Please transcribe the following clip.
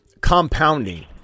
compounding